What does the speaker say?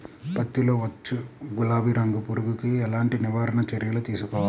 పత్తిలో వచ్చు గులాబీ రంగు పురుగుకి ఎలాంటి నివారణ చర్యలు తీసుకోవాలి?